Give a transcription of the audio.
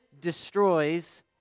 destroys